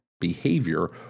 behavior